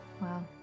Wow